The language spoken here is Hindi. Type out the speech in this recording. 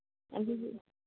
अभी भी